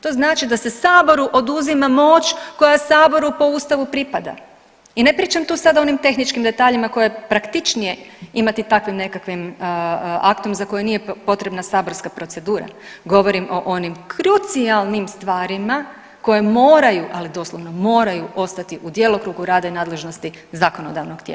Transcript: To znači da se saboru oduzima moć koja saboru po ustavu pripada i ne pričam tu sad o onim tehničkim detaljima koje je praktičnije imati takvim nekakvim aktom za koji nije potrebna saborska procedura, govorim o onim krucijalnim stvarima koje moraju, ali doslovno moraju ostati u djelokrugu rada i nadležnosti zakonodavnog tijela.